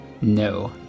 No